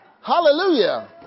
Hallelujah